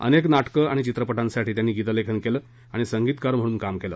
अनेक नाटकं आणि चित्रपटांसाठी त्यांनी गीतलेखन केलं आणि संगीतकार म्हणून काम केलं